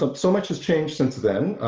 um so much has changed since then